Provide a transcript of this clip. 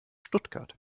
stuttgart